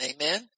amen